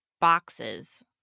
boxes